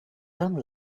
don’t